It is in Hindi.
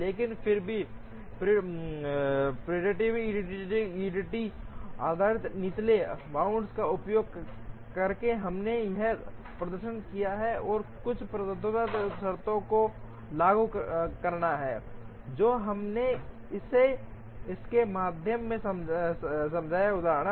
लेकिन फिर प्रीडेप्टिव ईडीडी आधारित निचले बाउंड का उपयोग करके हमने यहां प्रदर्शन किया और कुछ प्रभुत्व शर्तों को लागू करना जो हमने इसके माध्यम से समझाया उदाहरण